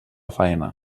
faena